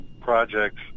Projects